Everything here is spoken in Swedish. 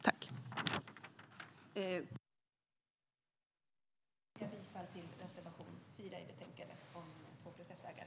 Jag yrkar bifall till reservation 4 i betänkandet, som handlar om tvåplus-ett-vägar.